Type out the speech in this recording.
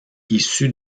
issus